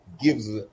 gives